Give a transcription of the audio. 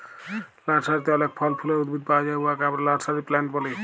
লার্সারিতে অলেক ফল ফুলের উদ্ভিদ পাউয়া যায় উয়াকে আমরা লার্সারি প্লান্ট ব্যলি